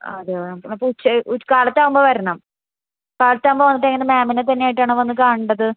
ആ അതെയോ എന്നാലപ്പോള് കാലത്താവുമ്പോള് വരണം കാലത്താവുമ്പോള് വന്നിട്ട് എങ്ങനെ മാമിനെത്തന്നെയായിട്ടാണോ വന്നുകാണേണ്ടത്